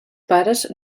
pares